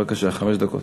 בבקשה, חמש דקות.